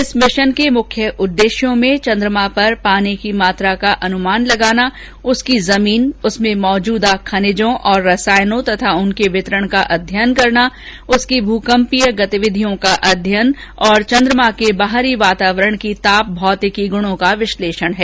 इस भिशन के मुख्य उद्देश्यों में चंद्रमा पर पानी की मात्रा का अनुमान लगाना उसकी जमीन उसमें मौजूद खनिजों और रसायनों तथा उनके वितरण का अध्ययन करना उसकी भूकंपीय गतिविधियों का अध्ययन और चंद्रमा के बाहरी वातावरण की ताप भौतिकी ग्रणों का विश्लेषण है